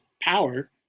power